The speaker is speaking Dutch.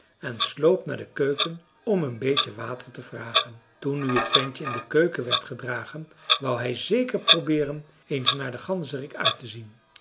en sloop naar de keuken om een beetje water te vragen toen nu t ventje in de keuken werd gedragen wou hij zeker probeeren eens naar den ganzerik uit te zien